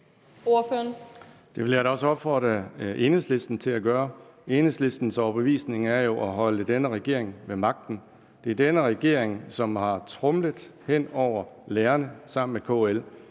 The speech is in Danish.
Det vil jeg da også opfordre Enhedslisten til at gøre. Enhedslistens overbevisning er jo at holde denne regering ved magten. Det er denne regering, som har tromlet hen over lærerne sammen med KL.